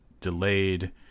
delayed